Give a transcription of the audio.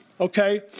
okay